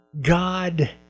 God